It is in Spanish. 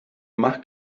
más